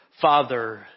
Father